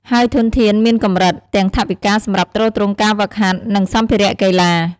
ហើយធនធានមានកម្រិត ទាំងថវិកាសម្រាប់ទ្រទ្រង់ការហ្វឹកហាត់ និងសម្ភារៈកីឡា។